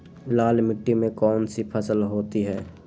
लाल मिट्टी में कौन सी फसल होती हैं?